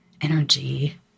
energy